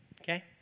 okay